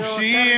חופשיים,